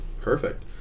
Perfect